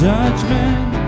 Judgment